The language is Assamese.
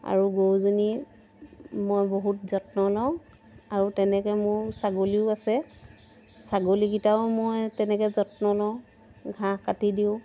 আৰু গৰুজনী মই বহুত যত্ন লওঁ আৰু তেনেকৈ মোৰ ছাগলীও আছে ছাগলীকেইটাও মই তেনেকৈ যত্ন লওঁ ঘাঁহ কাটি দিওঁ